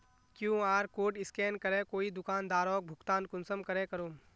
QR code scan करे कोई दुकानदारोक भुगतान कुंसम करे करूम?